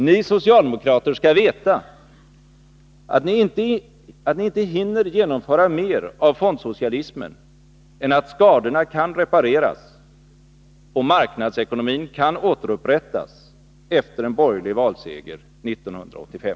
Ni socialdemokrater skall veta, att ni inte hinner genomföra mer av fondsocialismen än att skadorna kan repareras och marknadsekonomin kan återupprättas efter en borgerlig valseger 1985.